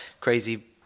crazy